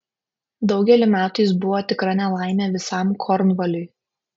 daugelį metų jis buvo tikra nelaimė visam kornvaliui